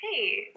Hey